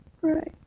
Right